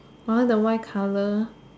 I want the white color